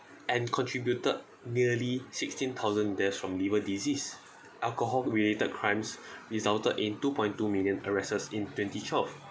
and contributed nearly sixteen thousand deaths from liver disease alcohol-related crimes resulted in two point two million arrests in twenty twelve